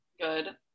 good